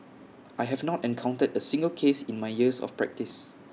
I have not encounter A single case in my years of practice